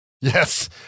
Yes